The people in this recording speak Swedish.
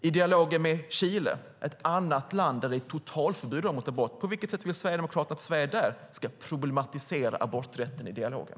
I dialogen med Chile - ett annat land där det råder totalförbud mot abort - på vilket sätt vill Sverigedemokraterna att Sverige där ska problematisera aborträtten i dialogen?